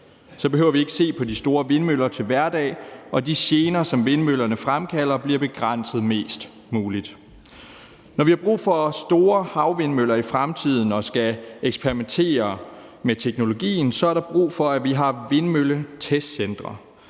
Så behøver vi ikke se på de store vindmøller til hverdag, og de gener, som vindmøllerne fremkalder, bliver begrænset mest muligt. Når vi har brug for store havvindmøller i fremtiden og vi skal eksperimentere med teknologien, så er der brug for, at vi har vindmølletestcentre